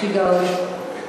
שיגעון.